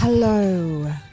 Hello